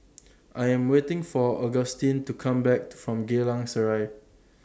I Am waiting For Augustine to Come Back from Geylang Serai